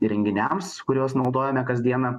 įrenginiams kuriuos naudojame kasdieną